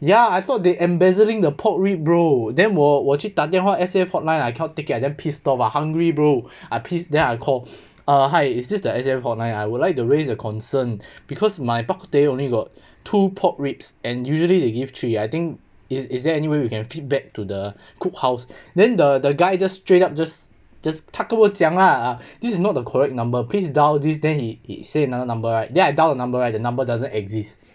ya I thought they embezzling the pork rib bro then 我我去打电话 S_A_F hotline I cannot take it I damn pissed off ah hungry bro I pissed then I call err hi is this the S_A_F hotline I would like to raise a concern because my bak kut teh only got two pork ribs and usually they give three I think is is there any way we can feedback to the cook house then the the guy just straight up just just 他跟我讲 lah ah this is not the correct number please dial this then he he say another number right then I dial the number right the number doesn't exist